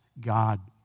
God